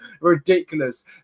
Ridiculous